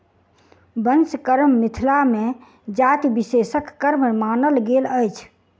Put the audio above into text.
बंस कर्म मिथिला मे जाति विशेषक कर्म मानल गेल अछि